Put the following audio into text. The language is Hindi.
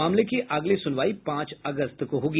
मामले की अगली सुनवाई पांच अगस्त को होगी